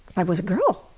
i was a girl!